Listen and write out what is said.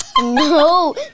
No